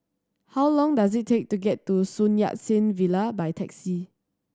how long does it take to get to Sun Yat Sen Villa by taxi